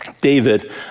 David